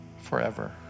forever